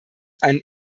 einen